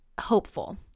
hopeful